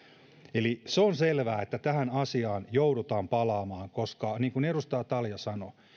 eli se on selvää että tähän asiaan joudutaan palaamaan koska niin kuin edustaja talja sanoi